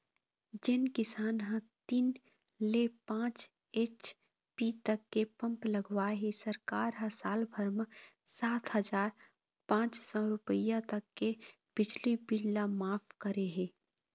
जेन किसान ह तीन ले पाँच एच.पी तक के पंप लगवाए हे सरकार ह साल भर म सात हजार पाँच सौ रूपिया तक के बिजली बिल ल मांफ करे हे